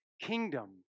kingdom